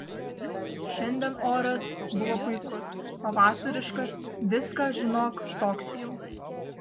šiandien oras buvo puikus pavasariškas viską žinok toks jau